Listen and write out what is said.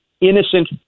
innocent